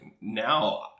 now